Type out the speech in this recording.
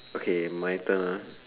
okay my turn ah